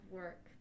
work